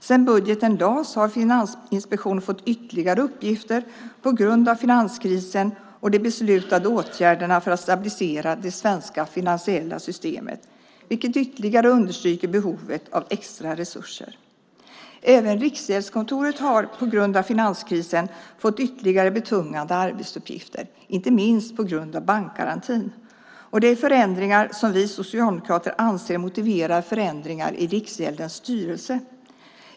Sedan budgeten lades fram har Finansinspektionen fått ytterligare uppgifter på grund av finanskrisen och de beslutade åtgärderna för att stabilisera det svenska finansiella systemet, vilket ytterligare understryker behovet av extra resurser. Även Riksgäldskontoret har på grund av finanskrisen fått ytterligare betungande arbetsuppgifter, inte minst på grund av bankgarantin. Det är förändringar som vi socialdemokrater anser motiverar förändringar i Riksgäldens styrelse.